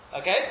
Okay